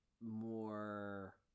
more